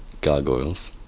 gargoyles